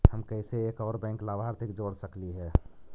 हम कैसे एक और बैंक लाभार्थी के जोड़ सकली हे?